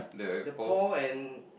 the Paul and